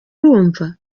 urumva